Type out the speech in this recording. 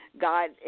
God